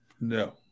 No